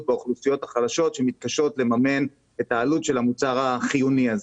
באוכלוסיות החלשות שמתקשות לממן את העלות של המוצר החיוני הזה.